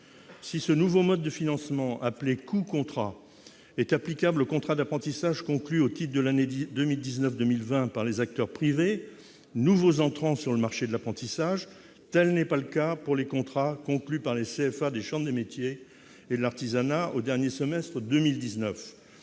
Si ce nouveau mode de financement, appelé « coût-contrat », est applicable aux contrats d'apprentissage conclus au titre de l'année 2019-2020 par les acteurs privés, nouveaux entrants sur le marché de l'apprentissage, tel n'est pas le cas pour les contrats conclus par les CFA des chambres des métiers et de l'artisanat au dernier semestre 2019.